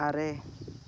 ᱟᱨᱮ